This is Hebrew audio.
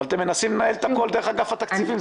אבל אתם מנסים לנהל את הכל דרך אגף התקציבים.